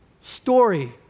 story